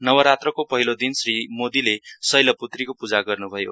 नवरात्रको पहिलो दिन श्री मोदीले सैलपूत्रीको पूजा गर्नु भयो